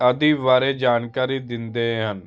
ਆਦਿ ਬਾਰੇ ਜਾਣਕਾਰੀ ਦਿੰਦੇ ਹਨ